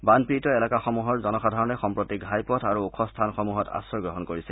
বানপীড়িত এলেকাসমূহৰ জনসাধাৰণে সম্প্ৰতি ঘাইপথ আৰু ওখ স্থানসমূহত আশ্ৰয় গ্ৰহণ কৰিছে